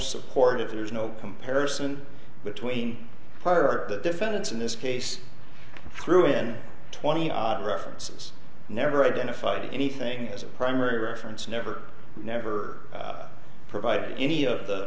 support if there's no comparison between the part that defendants in this case threw in twenty odd references never identified anything as a primary reference never never provided any of the